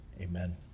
amen